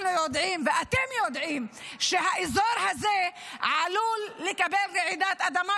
אנחנו יודעים ואתם יודעים שהאזור הזה עלול לקבל רעידת אדמה,